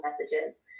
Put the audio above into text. messages